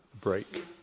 break